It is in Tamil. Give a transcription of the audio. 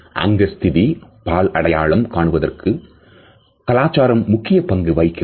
அங்க ஸ்திதி பால் அடையாளம் காணுதற்கு கலாச்சாரம் முக்கிய பங்கு வகிக்கிறது